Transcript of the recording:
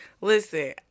Listen